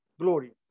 glory